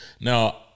Now